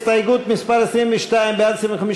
לסעיף 12 הסתייגות מס' 22, בעד, 25,